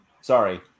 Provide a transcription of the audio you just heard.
sorry